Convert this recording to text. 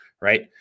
right